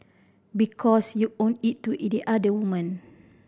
because you owe it to it the other woman